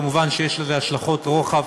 מובן שיש לזה השלכות רוחב